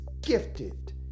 gifted